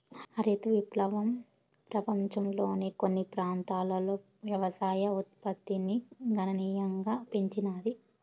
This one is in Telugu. హరిత విప్లవం పపంచంలోని కొన్ని ప్రాంతాలలో వ్యవసాయ ఉత్పత్తిని గణనీయంగా పెంచినాది